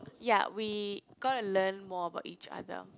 ya we got to learn more about each other